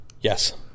Yes